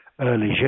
early